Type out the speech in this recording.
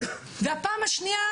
והפעם השנייה,